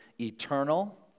eternal